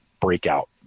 breakout